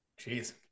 Jeez